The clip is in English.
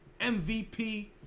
MVP